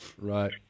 Right